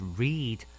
read